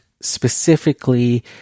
specifically